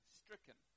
stricken